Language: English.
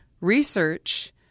research –